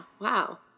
Wow